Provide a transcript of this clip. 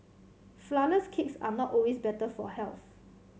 flourless cakes are not always better for health